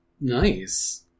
Nice